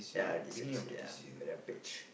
yeah this year this year yeah Rampage